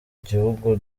gihugu